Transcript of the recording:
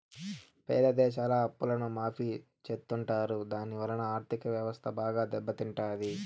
పేద దేశాల అప్పులను మాఫీ చెత్తుంటారు దాని వలన ఆర్ధిక వ్యవస్థ బాగా దెబ్బ తింటాది